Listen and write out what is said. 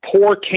poor